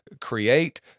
create